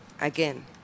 again